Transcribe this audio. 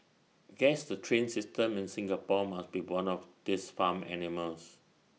guess the train system in Singapore must be one of these farm animals